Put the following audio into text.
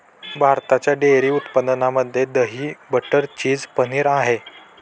भारताच्या डेअरी उत्पादनामध्ये दही, बटर, चीज, पनीर आहे